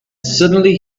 suddenly